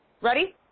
Ready